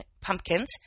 pumpkins